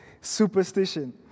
Superstition